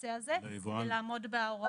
הנושא הזה ולעמוד בהוראות?